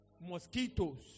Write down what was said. mosquitoes